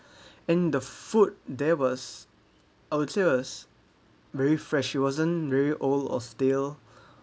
and the food there was I would say was very fresh it wasn't very old or stale